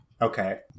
Okay